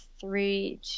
three